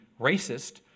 racist